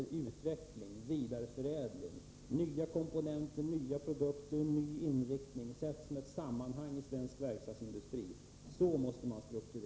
I stället skall utveckling, vidareförädling, nya komponenter, nya produkter och en ny inriktning sättas upp som mål för svensk verkstadsindustri. På det sättet måste man strukturera.